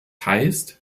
heißt